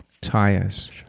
tires